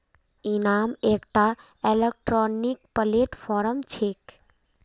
इनाम एकटा electronic platform छेक